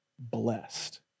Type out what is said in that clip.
blessed